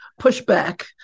pushback